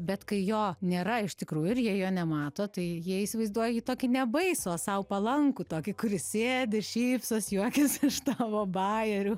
bet kai jo nėra iš tikrųjų ir jie jo nemato tai jie įsivaizduoja jį tokį nebaisų o sau palankų tokį kuris sėdi šypsosi juokiasi iš tavo bajerių